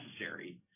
necessary